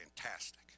fantastic